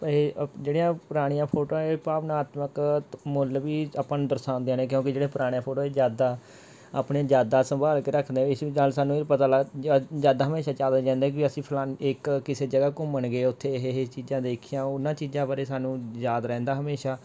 ਪਰ ਇਹ ਜਿਹੜੀਆਂ ਪੁਰਾਣੀਆਂ ਫੋਟੋਆਂ ਇਹ ਭਾਵਨਾਤਮਕ ਮੁੱਲ ਵੀ ਆਪਾਂ ਨੂੰ ਦਰਸਾਉਂਦੀਆਂ ਨੇ ਕਿਉਂਕਿ ਜਿਹੜੇ ਪੁਰਾਣੀਆਂ ਫੋਟੋ ਯਾਦਾਂ ਆਪਣੀਆਂ ਯਾਦਾਂ ਸੰਭਾਲ ਕੇ ਰੱਖਦੇ ਇਸ ਨਾਲ ਸਾਨੂੰ ਇਹ ਵੀ ਪਤਾ ਲੱ ਯ ਯਾਦਾਂ ਹਮੇਸ਼ਾ ਯਾਦ ਆਈ ਜਾਂਦੀਆਂ ਕਿ ਅਸੀਂ ਫਲਾਣੀ ਇੱਕ ਕਿਸੇ ਜਗ੍ਹਾ ਘੁੰਮਣ ਗਏ ਉੱਥੇ ਇਹ ਇਹ ਚੀਜ਼ਾਂ ਦੇਖੀਆਂ ਉਹਨਾਂ ਚੀਜ਼ਾਂ ਬਾਰੇ ਸਾਨੂੰ ਯਾਦ ਰਹਿੰਦਾ ਹਮੇਸ਼ਾ